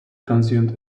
consumed